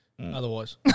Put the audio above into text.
Otherwise